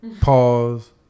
pause